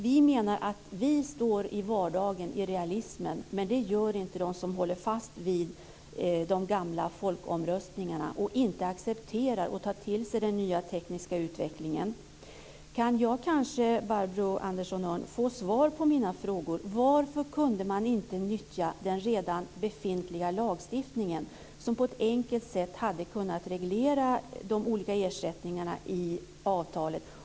Vi menar att vi står i vardagen, i realismen, men det gör inte de som håller fast vid de gamla folkomröstningarna och inte accepterar och tar till sig den nya tekniska utvecklingen. Kan jag kanske, Barbro Andersson Öhrn, få svar på mina frågor? Varför kunde man inte nyttja den redan befintliga lagstiftningen, som på ett enkelt sätt hade kunnat reglera de olika ersättningarna i avtalet?